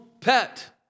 Pet